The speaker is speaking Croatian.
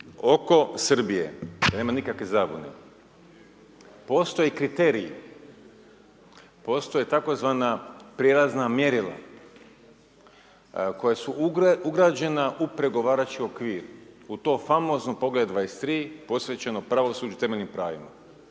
oko Srbije, da nema nikakve zabune postoje kriteriji, postoje tzv. prijelazna mjerila koja su ugrađena u pregovarački okvir, u to famozno poglavlje 23 posvećeno pravosuđu i temeljnim pravima.